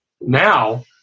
Now